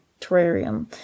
terrarium